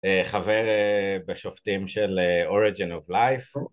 חבר בשופטים של Origin of Life